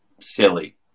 silly